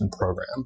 program